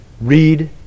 read